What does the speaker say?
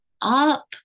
up